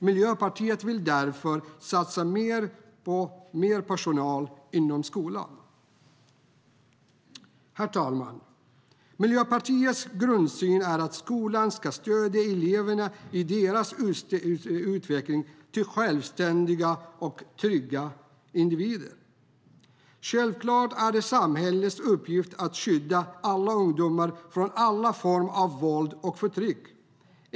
Miljöpartiet vill därför satsa på mer personal inom skolan. Herr talman! Miljöpartiets grundsyn är att skolan ska stödja eleverna i deras utveckling till självständiga och trygga individer. Självklart är det samhällets uppgift att skydda alla ungdomar från alla former av våld och förtryck.